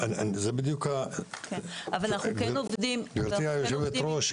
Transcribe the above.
אבל אנחנו כן עובדים --- גברתי יושבת-הראש,